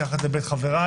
מתחת לבית חבריי,